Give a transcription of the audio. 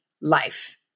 life